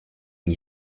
n’y